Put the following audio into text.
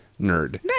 nerd